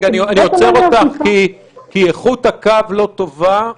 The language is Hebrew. אני עוצר אותך כי איכות הקו לא טובה.